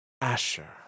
Asher